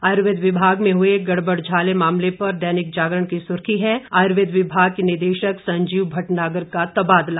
आयुर्वेद विभाग में हुए गड़बड़झाले मामले पर दैनिक जागरण की सुर्खी है आयुर्वेद विभाग के निदेशक संजीव भटनागर का तबादला